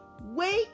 wake